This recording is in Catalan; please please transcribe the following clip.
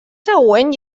següent